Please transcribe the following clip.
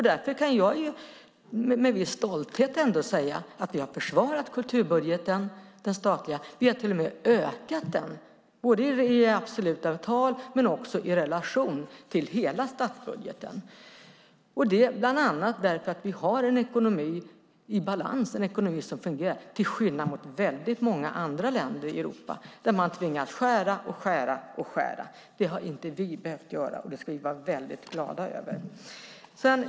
Därför kan jag med viss stolthet ändå säga att vi har försvarat den statliga kulturbudgeten - vi har till och med ökat den, både i absoluta tal och i relation till hela statsbudgeten. Det beror bland annat på att vi har en ekonomi i balans, en ekonomi som fungerar, till skillnad mot väldigt många andra länder i Europa där man tvingas skära och skära och skära. Det har inte vi behövt göra, och det ska vi vara väldigt glada över.